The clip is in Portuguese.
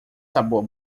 sabor